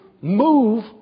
move